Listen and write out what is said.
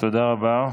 תודה רבה.